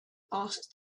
asked